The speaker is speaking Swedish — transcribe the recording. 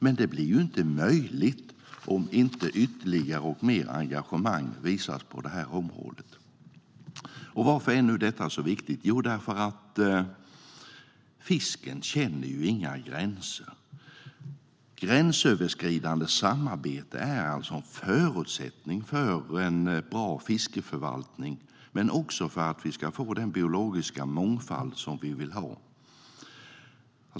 Men det är inte möjligt om inte finns något ytterligare engagemang. Varför är nu detta så viktigt? Jo, därför att fisken känner ju inga gränser. Gränsöverskridande samarbete är alltså en förutsättning för en bra fiskeförvaltning och också för den biologiska mångfald som vi vill ha.